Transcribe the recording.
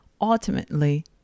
ultimately